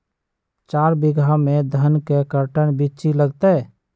चार बीघा में धन के कर्टन बिच्ची लगतै?